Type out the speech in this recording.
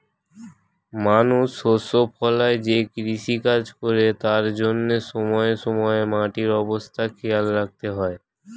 মানুষ শস্য ফলায় যে কৃষিকাজ করে তার জন্যে সময়ে সময়ে মাটির অবস্থা খেয়াল রাখতে হয়